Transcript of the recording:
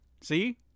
see